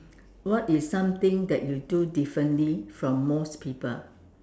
what is something that you do differently from most people